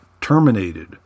terminated